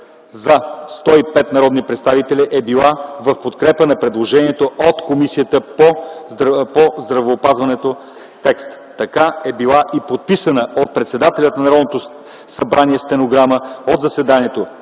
„за” 105 народни представители е била в подкрепа на предложения от Комисията по здравеопазването текст. Така е била подписана от председателя на Народното събрание и стенограмата от заседанието,